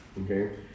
okay